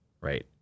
right